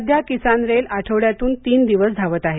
सध्या किसान रेल आठवड्यातून तीन दिवस धावत आहे